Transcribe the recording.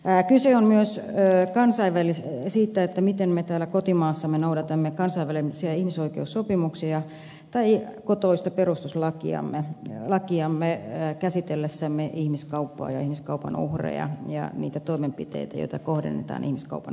kyse on myös siitä miten me täällä kotimaassamme noudatamme kansainvälisiä ihmisoikeussopimuksia tai kotoista perustuslakiamme käsitellessämme ihmiskauppaa ja ihmiskaupan uhreja ja niitä toimenpiteitä joita kohdennetaan ihmiskaupan uhreille